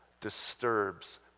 disturbs